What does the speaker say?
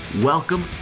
Welcome